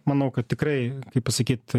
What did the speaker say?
manau kad tikrai kaip pasakyt